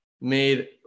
made